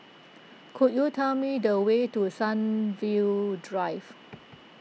could you tell me the way to Sunview Drive